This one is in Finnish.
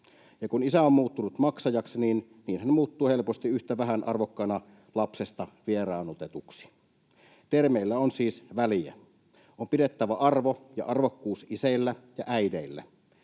kun isä on muuttunut maksajaksi, niin hän muuttuu helposti yhtä vähän arvokkaana lapsesta vieraannutetuksi. Termeillä on siis väliä. On pidettävä arvo ja arvokkuus isillä ja äideillä.